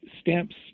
stamps